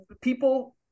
people